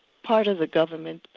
part of the government,